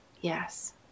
yes